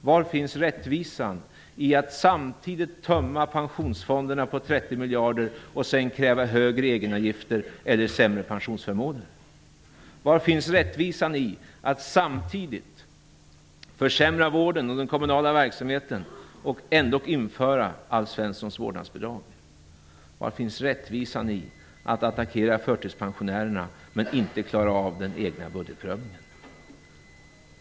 Var finns rättvisan i att samtidigt tömma pensionsfonderna på 30 miljarder och kräva högre egenavgifter eller sämre pensionsförmåner? Var finns rättvisan i att samtidigt försämra vården och den kommunala verksamheten och införa Alf Svenssons vårnadsbidrag? Var finns rättvisan i att attackera förtidspensionärerna men inte klara av den egna budgetprövningen?